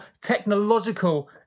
technological